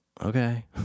okay